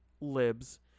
libs